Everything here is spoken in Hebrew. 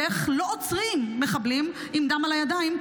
ואיך לא עוצרים מחבלים עם דם על הידיים,